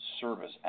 service